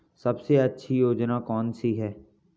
सबसे अच्छी योजना कोनसी है?